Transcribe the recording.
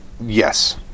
Yes